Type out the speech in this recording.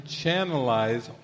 channelize